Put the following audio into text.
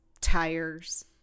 tires